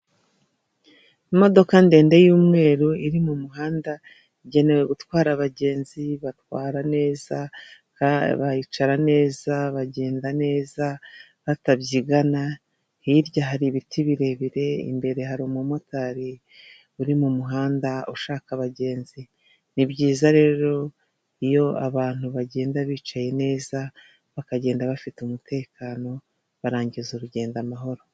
Imodoka ndende yumweru iri mu muhanda igenewe gutwara abagenzi batwara neza baricara neza bagenda neza batabyigana hirya hari ibiti birebire imbere hari umumotari uri mu muhanda ushaka abagenzi nibyiza rero iyo abantu bagenda bicaye neza bakagenda bafite umutekano barangiza urugendo amahoro.